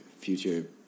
future